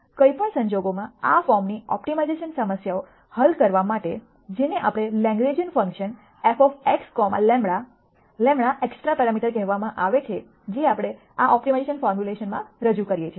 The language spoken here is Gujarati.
કોઈ પણ સંજોગોમાં આ ફોર્મની ઓપ્ટિમાઇઝેશન સમસ્યાઓ હલ કરવા માટે જેને આપણે Lagrangian function f comma λ λ extra parameter કહેવામાં આવે છે જે આપણે આ ઓપ્ટિમાઇઝેશન ફોર્મ્યુલેશનમાં રજૂ કરીએ છીએ